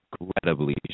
incredibly